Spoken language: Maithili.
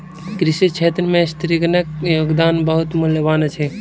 कृषि क्षेत्र में स्त्रीगणक योगदान बहुत मूल्यवान अछि